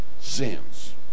sins